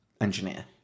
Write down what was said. engineer